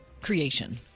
creation